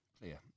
Clear